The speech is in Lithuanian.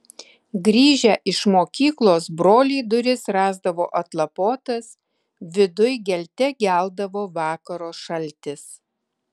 grįžę iš mokyklos broliai duris rasdavo atlapotas viduj gelte geldavo vakaro šaltis